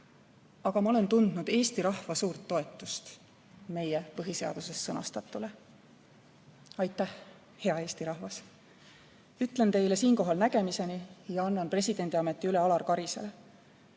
aga olen tundnud Eesti rahva suurt toetust meie põhiseaduses sõnastatule. Aitäh, hea Eesti rahvas! Ütlen teile siinkohal nägemiseni ja annan presidendiameti üle Alar Karisele.